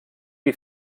die